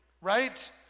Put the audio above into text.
right